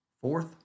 Fourth